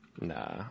Nah